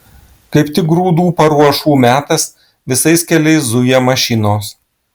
kaip tik grūdų paruošų metas visais keliais zuja mašinos